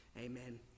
Amen